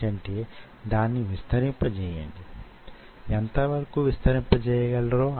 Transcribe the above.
ఎందుకంటే జీవశాస్త్ర నమూనాలు MEMS తో సంబంధం ఉన్నవి కాబట్టి